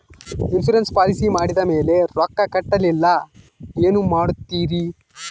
Insurance policy ಮಾಡಿದ ಮೇಲೆ ರೊಕ್ಕ ಕಟ್ಟಲಿಲ್ಲ ಏನು ಮಾಡುತ್ತೇರಿ?